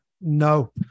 no